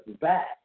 back